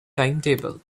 timetable